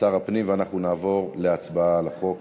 שר הפנים, ואנחנו נעבור להצבעה על החוק